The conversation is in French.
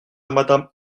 madame